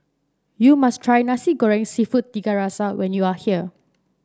you must try Nasi Goreng seafood Tiga Rasa when you are here